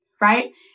right